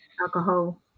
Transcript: alcohol